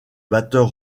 batteur